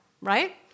right